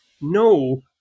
no